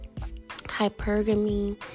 hypergamy